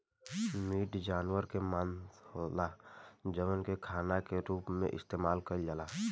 meat जानवर के मांस होला जवना के खाना के रूप में इस्तेमाल कईल जाला